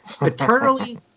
eternally